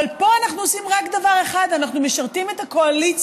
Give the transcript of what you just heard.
אבל פה אנחנו עושים רק דבר אחד: אנחנו משרתים את הקואליציה,